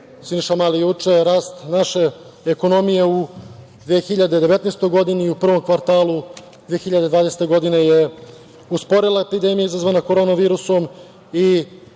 Siniša Mali juče, rast naše ekonomije u 2019. godini i u prvom kvartalu 2020. godine je usporila epidemija izazvana koronom virusom i